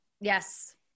Yes